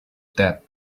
dead